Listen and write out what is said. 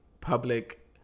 public